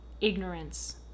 ignorance